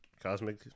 Cosmic